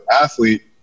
athlete